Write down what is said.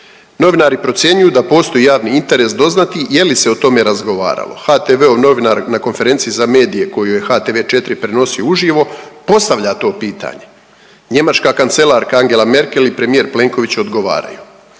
Novinari procjenjuju da postoji javni interes doznati je li se o tome razgovaralo. HTV-ov novinar na konferenciji za medije koju je HTV4 prenosio uživo postavlja to pitanje. Njemačka kancelarka Angela Merkel i premijer Plenković odgovaraju,